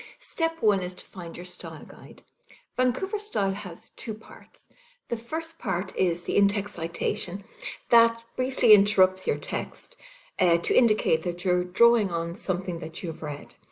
step one is to find your style guide vancouver style has two parts the first part is the in-text citation that briefly interrupts your text to indicate that you're drawing on something that you've read.